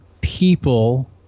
people